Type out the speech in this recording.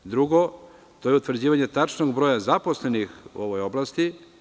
Drugo, to je utvrđivanje tačnog broja zaposlenih u ovoj oblasti.